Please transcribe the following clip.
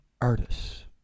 artists